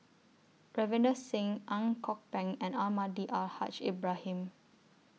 Ravinder Singh Ang Kok Peng and Almahdi Al Haj Ibrahim